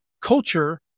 culture